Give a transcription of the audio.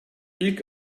i̇lk